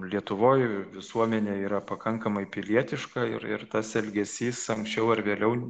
lietuvoj visuomenė yra pakankamai pilietiška ir ir tas elgesys anksčiau ar vėliau